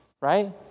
right